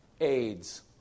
AIDS